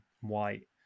White